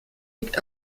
liegt